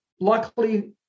luckily